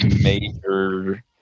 major